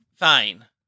Fine